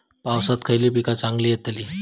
पावसात खयली पीका चांगली येतली?